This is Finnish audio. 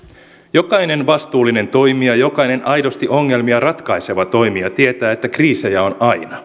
jokainen vastuullinen toimija jokainen aidosti ongelmia ratkaiseva toimija tietää että kriisejä on aina